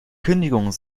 kündigung